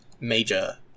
major